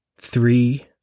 three